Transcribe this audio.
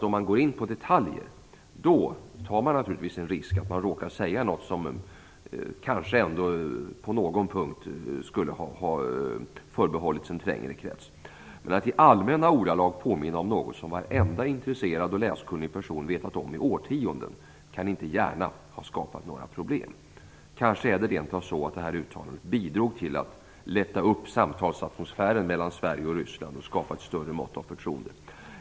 Om man går in på detaljer tar man naturligtvis risken att säga något som kanske på någon punkt skulle ha förbehållits en trängre krets. Att i allmänna ordalag påminna om något som varenda intresserad och läskunnig person vetat om i årtionden kan inte gärna ha skapat några problem. Kanske är det rent av så att det här uttalandet bidrog till att lätta upp samtalsatmosfären mellan Sverige och Ryssland och skapa ett större mått av förtroende.